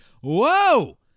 Whoa